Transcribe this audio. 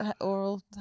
oral